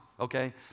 Okay